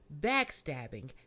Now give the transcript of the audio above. backstabbing